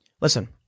Listen